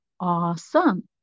awesome